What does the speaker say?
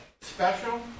special